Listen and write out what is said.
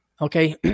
Okay